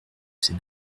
ses